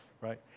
right